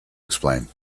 explain